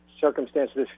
circumstances